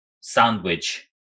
sandwich